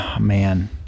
Man